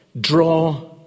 draw